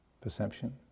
perception